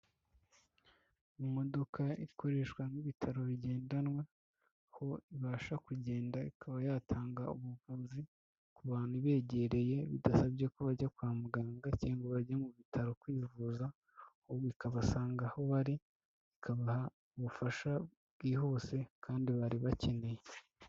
Mu modoka ikoreshwa nk'ibitaro bigendanwa, aho ibasha kugenda ikaba yatanga ubuvuzi ku bantu ibegereye, bidasabye ko bajya kwa muganga cyangwa ngo bajya mu bitaro kwivuza, ahubwo ikabasanga aho bari ikabaha ubufasha bwihuse kandi bari bakeneye.